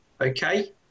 Okay